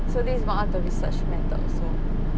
so this is one of the research methods also